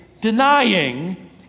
denying